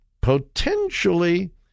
potentially